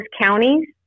counties